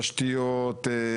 תשתיות,